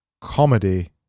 Comedy